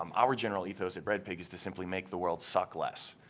um our general ethos at breadpig is to simply make the world suck less,